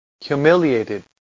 humiliated